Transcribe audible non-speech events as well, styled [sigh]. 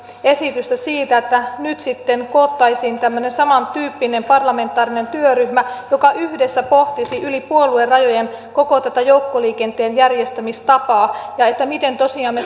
esitystä siitä että nyt sitten koottaisiin tämmöinen samantyyppinen parlamentaarinen työryhmä joka yhdessä pohtisi yli puoluerajojen koko tätä joukkoliikenteen järjestämistapaa ja sitä miten tosiaan me [unintelligible]